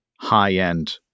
high-end